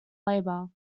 labor